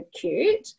cute